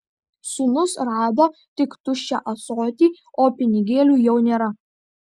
sūnus rado tik tuščią ąsotį o pinigėlių jau nėra